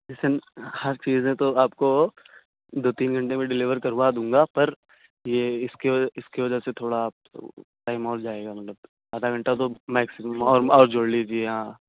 لسن ہر چیزیں تو آپ کو دو تین گھنٹے میں ڈلیور کروا دوں گا پر یہ اس کی اس کی وجہ سے تھوڑا ٹائم اور جائے گا مطلب آدھا گھنٹہ تو میکسیمم اور اور جوڑ لیجیے ہاں